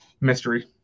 mystery